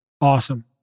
awesome